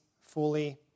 fully